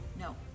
No